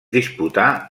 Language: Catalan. disputà